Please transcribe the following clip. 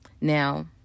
Now